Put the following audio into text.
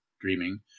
dreaming